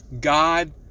God